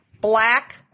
black